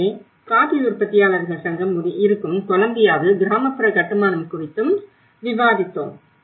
எனவே காபி உற்பத்தியாளர்கள் சங்கம் இருக்கும் கொலம்பியாவில் கிராமப்புற கட்டுமானம் குறித்து விவாதித்தோம்